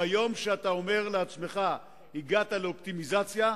ביום שאתה אומר לעצמך שהגעת לאופטימיזציה,